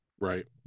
right